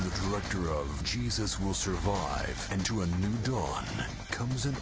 director of jesus will survive, into a new dawn comes